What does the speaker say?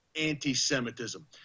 anti-Semitism